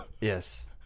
Yes